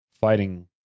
fighting